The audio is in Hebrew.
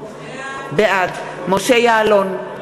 בעד משה יעלון,